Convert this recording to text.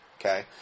Okay